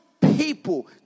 people